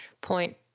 point